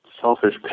selfish